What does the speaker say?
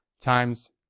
times